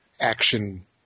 action